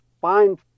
find